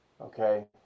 okay